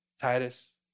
Titus